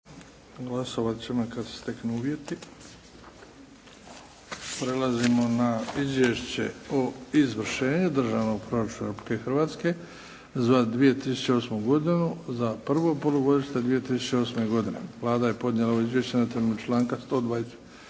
**Bebić, Luka (HDZ)** Prelazimo na: - Izvješće o izvršenju državnog proračuna Republike Hrvatske za 2008. godinu, za prvo polugodište 2008. godine Vlada je podnijela ovo izvješće na temelju članka 125.,